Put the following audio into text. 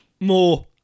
More